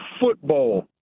football